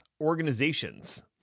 organizations